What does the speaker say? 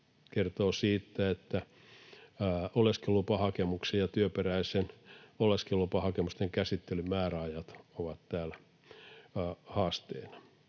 kertoo siitä, että oleskelulupahakemuksien ja työperäisten oleskelulupahakemusten käsittelymääräajat ovat täällä haasteena.